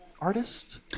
artist